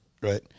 right